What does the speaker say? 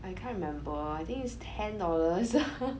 I can't remember I think is ten dollars